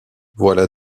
voilà